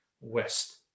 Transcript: West